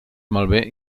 malbé